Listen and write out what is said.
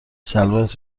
شلوارت